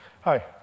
Hi